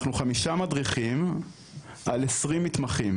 אנחנו חמישה מדריכים על 20 מתמחים,